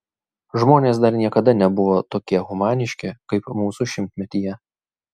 žmonės dar niekada nebuvo tokie humaniški kaip mūsų šimtmetyje